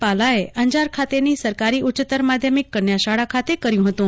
પાલાએ અંજાર ખાતેની સરકારી ઉચ્ચતર માધ્યમિક કન્યાશાળા ખાતે કર્યું હતું